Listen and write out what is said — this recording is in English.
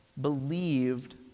believed